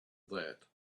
that